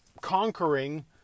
conquering